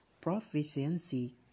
proficiency